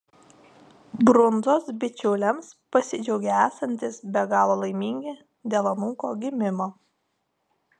brundzos bičiuliams pasidžiaugė esantys be galo laimingi dėl anūko gimimo